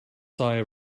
sigh